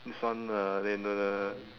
this one uh and the